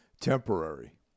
Temporary